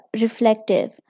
reflective